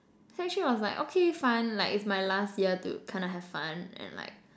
sec three was like okay fun like it's my last year to kinda have fun and like